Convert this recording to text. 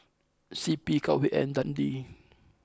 C P Cowhead and Dundee